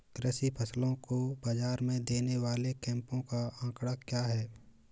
कृषि फसलों को बाज़ार में देने वाले कैंपों का आंकड़ा क्या है?